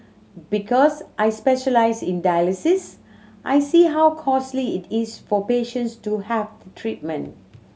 because I specialise in dialysis I see how costly it is for patients to have treatment